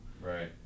right